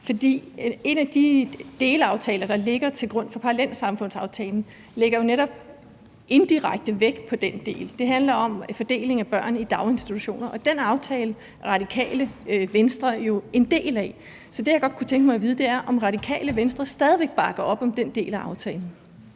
for en af de delaftaler, der ligger til grund for parallelsamfundsaftalen, lægger jo netop indirekte vægt på den del. Det handler om fordeling af børn i daginstitutioner, og den aftale er Radikale Venstre jo en del af. Så det, jeg godt kunne tænke mig at vide, er, om Radikale Venstre stadig væk bakker op om den del af aftalen.